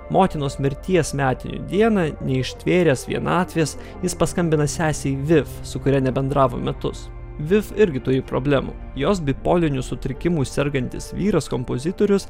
motinos mirties metinių dieną neištvėręs vienatvės jis paskambina sesei vif su kuria nebendravo metus vif irgi turi problemų jos bipoliniu sutrikimu sergantis vyras kompozitorius